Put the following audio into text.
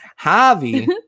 Javi